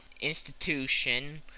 Institution